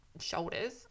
Shoulders